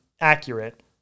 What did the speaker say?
accurate